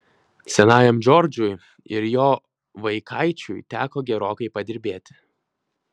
senajam džordžui ir jo vaikaičiui teko gerokai padirbėti